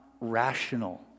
rational